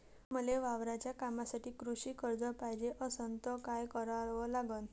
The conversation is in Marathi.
मले वावराच्या कामासाठी कृषी कर्ज पायजे असनं त काय कराव लागन?